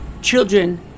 children